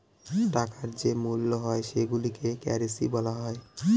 টাকার যে মূল্য হয় সেইগুলোকে কারেন্সি বলা হয়